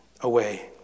away